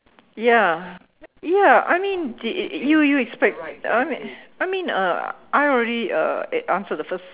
ya ya I mean did it you you expect right I mean I mean uh I already uh answered the first